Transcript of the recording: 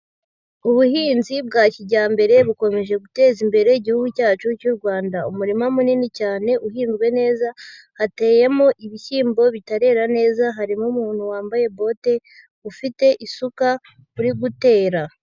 Ubuhinzi bwa kijyambere bukomeje guteza imbere igihugu cyacu cy'u Rwanda. Umurima munini cyane uhinzwe neza, hateyemo ibishyimbo bitarera neza, harimo umuntu wambaye bote ufite isuka uri gutera.